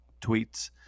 tweets